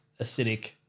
acidic